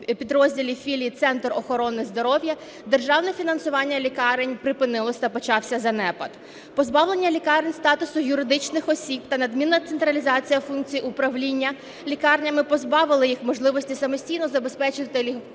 підрозділів, філій, Центр охорони здоров'я, державне фінансування лікарень припинилося, почався занепад. Позбавлення лікарень статусу юридичних осіб та надмірна централізація функцій управління лікарнями позбавили їх можливості самостійно забезпечити